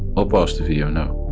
or pause the video now.